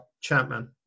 Chapman